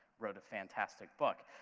wrote a fantastic book.